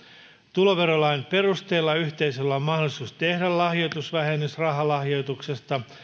tuloverolain perusteella yhteisöllä on mahdollisuus tehdä lahjoitusvähennys rahalahjoituksesta